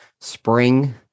spring